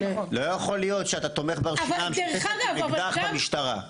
לא יכול להיות שאתה תומך ברשימה המשותפת עם אקדח במשטרה.